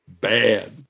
bad